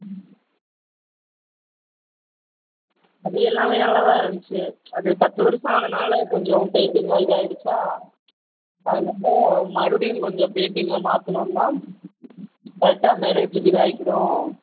ம் அது எல்லாமே நல்லா தான் இருந்துச்சு அது பத்து வருஷம் ஆனனால கொஞ்சம் பெயிண்ட்டிங்லாம் இதாயிடுச்சா அதனால் மறுடியும் கொஞ்சம் பெயிண்ட்டிங்லாம் மாற்றுனோம்னா கரெக்டாக மேரேஜ்க்கு இதாக்கிடும்